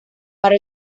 para